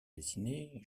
dessinée